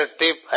tip